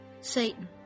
Satan